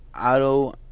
Auto